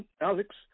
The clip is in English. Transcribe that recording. Alex